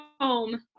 home